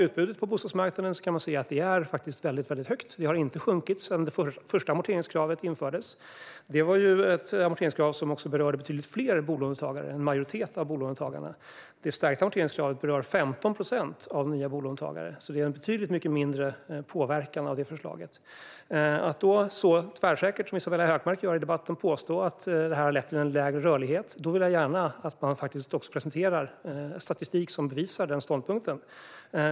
Utbudet på bostadsmarknaden är faktiskt väldigt högt. Det har inte sjunkit sedan det första amorteringskravet infördes. Det var ju ett amorteringskrav som berörde betydligt fler bolånetagare, en majoritet av bolånetagarna. Det stärkta amorteringskravet berör 15 procent av nya bolånetagare, så det får en betydligt mycket mindre påverkan. Eftersom Isabella Hökmark så tvärsäkert påstår att det har lett till en lägre rörlighet vill jag gärna att hon presenterar statistik som bevisar påståendet.